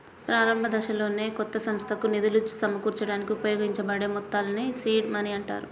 ప్రారంభదశలోనే కొత్త సంస్థకు నిధులు సమకూర్చడానికి ఉపయోగించబడే మొత్తాల్ని సీడ్ మనీ అంటారు